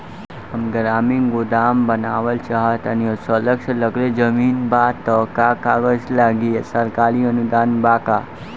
हम ग्रामीण गोदाम बनावल चाहतानी और सड़क से लगले जमीन बा त का कागज लागी आ सरकारी अनुदान बा का?